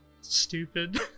stupid